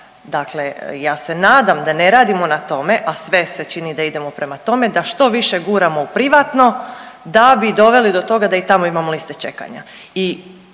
Dakle, ja se nadam da ne radimo na tome, a sve se čini da idemo prema tome da što više guramo u privatno da bi doveli do toga da i tamo imamo liste čekanja.